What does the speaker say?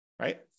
right